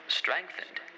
strengthened